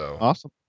Awesome